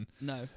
No